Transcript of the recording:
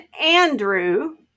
Andrew